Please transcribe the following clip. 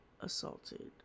assaulted